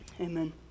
Amen